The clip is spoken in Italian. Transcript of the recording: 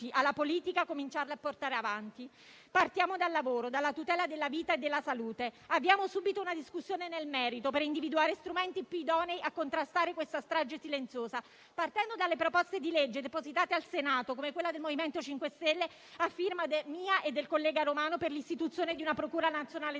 alla politica, cominciare a portarla avanti. Partiamo dal lavoro, dalla tutela della vita e della salute. Abbiamo svolto una discussione nel merito per individuare strumenti più idonei a contrastare questa strage silenziosa, cominciando dalle proposte di legge depositate al Senato, come quella del MoVimento 5 Stelle, a firma mia e del collega Romano, per l'istituzione di una procura nazionale del